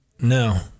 No